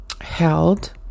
held